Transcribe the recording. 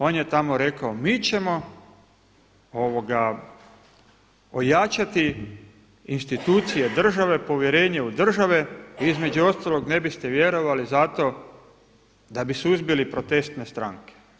On je tamo rekao mi ćemo ojačati institucije države, povjerenje u države i između ostalog ne biste vjerovali zato da bi suzbili protestne stranke.